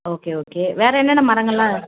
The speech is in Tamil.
ஓகே ஓகே வேற என்னென்ன மரங்கள்லாம்